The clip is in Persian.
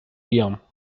بیام